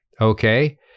Okay